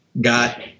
Got